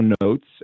notes